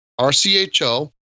RCHO